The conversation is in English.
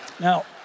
Now